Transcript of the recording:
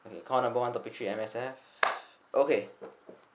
call number one topic three M_S_F okay